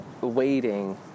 waiting